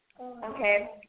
Okay